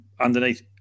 underneath